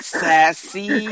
sassy